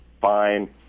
fine